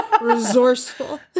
resourceful